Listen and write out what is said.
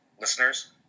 listeners